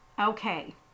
Okay